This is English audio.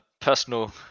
personal